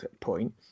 point